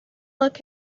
look